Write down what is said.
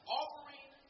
offering